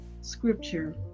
scripture